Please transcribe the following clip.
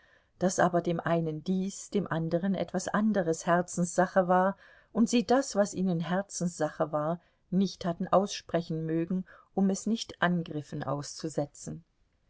daß aber dem einen dies dem andern etwas anderes herzenssache war und sie das was ihnen herzenssache war nicht hatten aussprechen mögen um es nicht angriffen auszusetzen